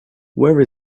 where